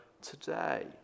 today